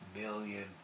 million